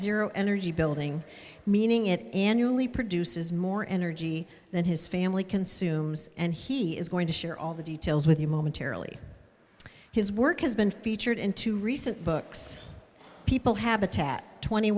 zero energy building meaning it annually produces more energy than his family consumes and he is going to share all the details with you momentarily his work has been featured in two recent books people habitat twenty